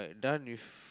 done with